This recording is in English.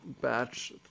batch